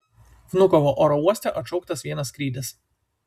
vnukovo oro uoste atšauktas vienas skrydis